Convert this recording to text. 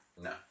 No